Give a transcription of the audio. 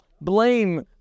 blame